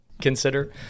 consider